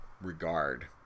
regard